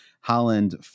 holland